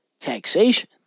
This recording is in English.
Taxation